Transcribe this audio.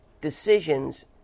decisions